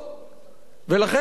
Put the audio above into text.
ולכן משה סילמן,